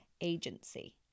agency